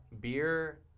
beer